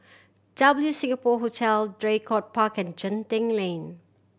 W Singapore Hotel Draycott Park and Genting Lane